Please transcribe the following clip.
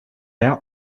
out